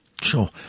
Sure